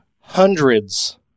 hundreds